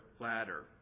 ladder